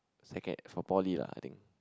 second~ from poly lah I think